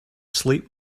sleep